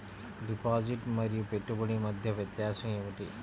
Deposit మరియు పెట్టుబడి మధ్య వ్యత్యాసం ఏమిటీ?